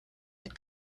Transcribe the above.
had